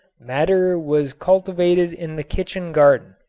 madder was cultivated in the kitchen garden.